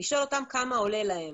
כמה עולה להם.